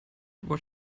what